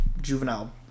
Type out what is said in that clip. juvenile